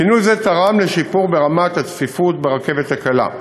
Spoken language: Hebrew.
שינוי זה תרם לשיפור ברמת הצפיפות ברכבת הקלה.